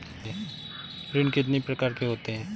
ऋण कितनी प्रकार के होते हैं?